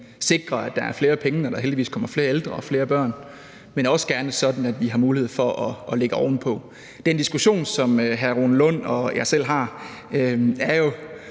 sikrer, at der er flere penge, når der heldigvis kommer flere ældre og flere børn, men også gerne, så vi har mulighed for at lægge ovenpå. Den diskussion, som hr. Rune Lund og jeg har, er jo